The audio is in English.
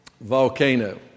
volcano